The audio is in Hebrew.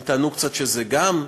הם טענו קצת שזה גם,